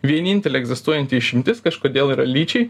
vienintelė egzistuojanti išimtis kažkodėl yra lyčiai